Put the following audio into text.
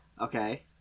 okay